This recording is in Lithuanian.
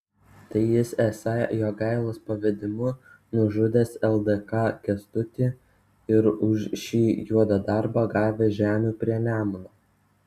tai jis esą jogailos pavedimu nužudęs ldk kęstutį ir už šį juodą darbą gavęs žemių prie nemuno